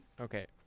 Okay